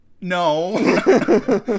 No